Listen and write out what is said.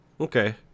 Okay